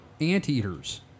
Anteaters